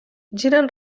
giren